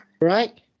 Right